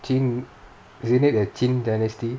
qing isn't it the qing dynasty